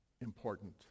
important